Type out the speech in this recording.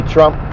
Trump